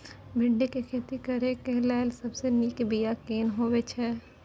भिंडी के खेती करेक लैल सबसे नीक बिया केना होय छै?